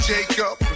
Jacob